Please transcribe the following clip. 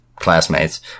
classmates